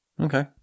Okay